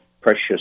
precious